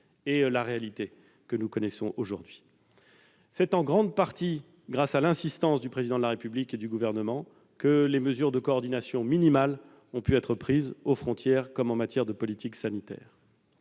et la réalité que nous connaissons aujourd'hui. C'est en grande partie grâce à l'insistance du Président de la République et du Gouvernement que des mesures de coordination minimales ont pu être prises aux frontières comme en matière de politique sanitaire.